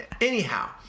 Anyhow